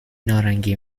نارنگی